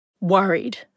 worried